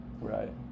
Right